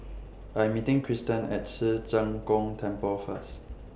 I'm meeting Kristian At Ci Zheng Gong Temple First